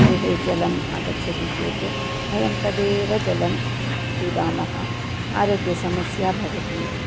गृहे जलम् आगच्छति चेत् वयं तदेव जलं पिबामः आरोग्यसमस्या भवति